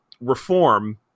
reform